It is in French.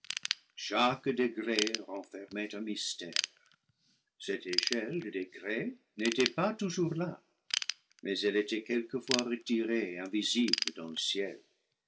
chaque degré renfermait un mystère cette échelle des degrés n'était pas toujours là mais elle était quelquefois retirée invisible dans le ciel